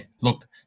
Look